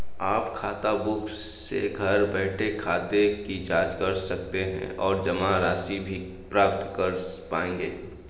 आप खाताबुक से घर बैठे खाते की जांच कर सकते हैं और जमा राशि भी पता कर पाएंगे